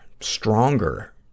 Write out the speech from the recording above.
stronger